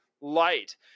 light